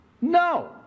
No